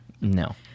no